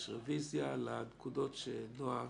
יש רביזיה על הנקודות שנועה